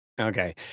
Okay